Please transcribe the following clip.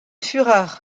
fureur